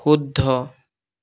শুদ্ধ